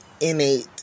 innate